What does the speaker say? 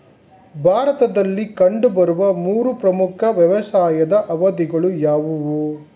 ಭಾರತದಲ್ಲಿ ಕಂಡುಬರುವ ಮೂರು ಪ್ರಮುಖ ವ್ಯವಸಾಯದ ಅವಧಿಗಳು ಯಾವುವು?